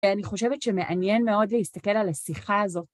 אני חושבת שמעניין מאוד להסתכל על השיחה הזאת.